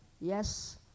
Yes